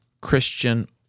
Christian